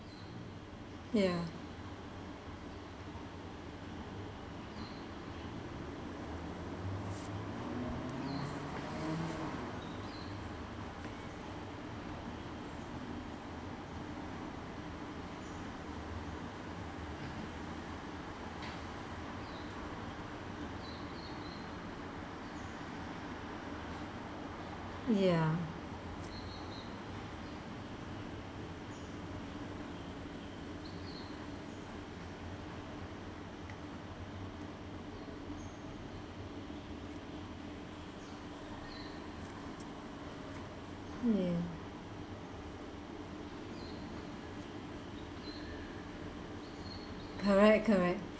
ya ya mm correct correct